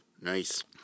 Nice